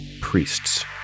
priests